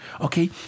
Okay